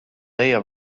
deia